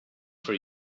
for